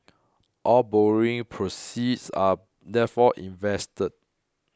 all borrowing proceeds are therefore invested